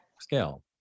scale